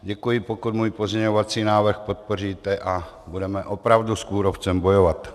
Děkuji, pokud můj pozměňovací návrh podpoříte a budeme opravdu s kůrovcem bojovat.